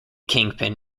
kingpin